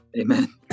Amen